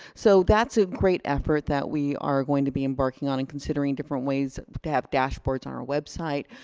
so that's a great effort that we are going to be embarking on and considering different ways to have dashboards on our website,